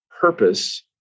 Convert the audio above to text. purpose